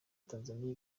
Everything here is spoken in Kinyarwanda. tanzania